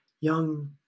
young